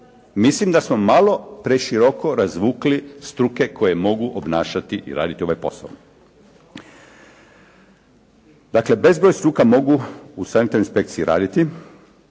Mislim da smo malo preširoko razvukli struke koje mogu obnašati i raditi ovaj posao. Dakle bezbroj struka mogu u sanitarnoj inspekciji raditi